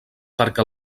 perquè